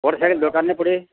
ବଡ଼ ସାଇକେଲ୍ ଦରକାର୍ ନାଇଁ ପଡ଼େ